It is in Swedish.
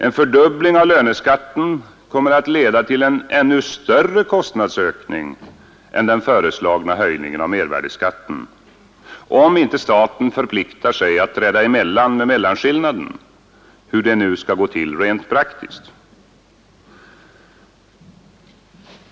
En fördubbling av löneskatten kommer att leda till en ännu större kostnadsökning än den föreslagna höjningen av mervärdeskatten, om inte staten förpliktar sig att träda emellan med mellanskillnaden — hur det nu skall gå till rent praktiskt.